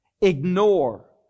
ignore